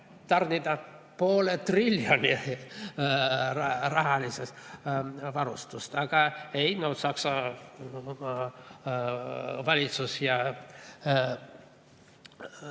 tarnima poole triljoni eest varustust, aga ei, Saksa valitsus ja